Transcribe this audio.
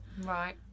Right